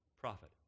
profit